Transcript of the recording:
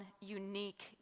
unique